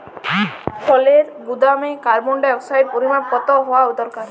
ফলের গুদামে কার্বন ডাই অক্সাইডের পরিমাণ কত হওয়া দরকার?